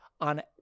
on